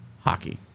hockey